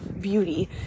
beauty